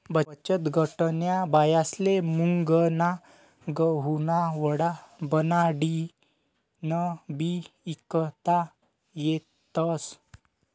बचतगटन्या बायास्ले मुंगना गहुना वडा बनाडीन बी ईकता येतस